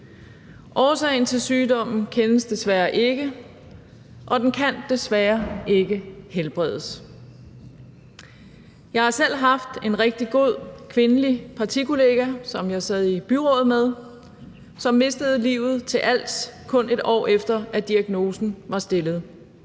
Årsagen til sygdommen kendes desværre ikke, og den kan desværre ikke helbredes. Jeg har selv haft en rigtig god kvindelig partikollega, som jeg sad i byrådet med, som mistede livet til als, kun et år efter at diagnosen var stillet.